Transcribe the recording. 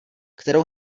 kterou